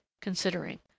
considering